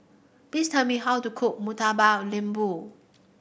please tell me how to cook Murtabak Lembu